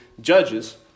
Judges